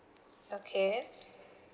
okay